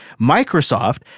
Microsoft